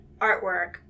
artwork